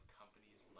companies